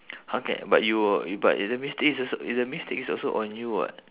how can but you but is the mistake is als~ the mistake is also on you [what]